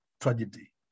tragedy